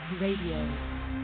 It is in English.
Radio